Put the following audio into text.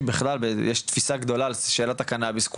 בכלל יש תפיסה גדולה על שאלת הקנאביס,